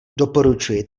doporučuji